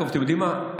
אתם יודעים מה?